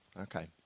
okay